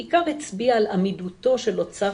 בעיקר היא הצביעה על עמידותו של אוצר